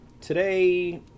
Today